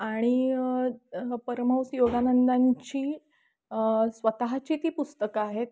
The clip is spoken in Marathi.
आणि परमहंस योगा नंदांची स्वतःची ती पुस्तकं आहेत